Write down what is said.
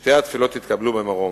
ששתי התפילות יתקבלו במרום,